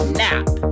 nap